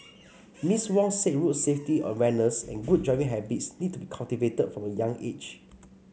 Miss Wong said road safety awareness and good driving habits need to be cultivated from a young age